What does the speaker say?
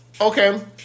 Okay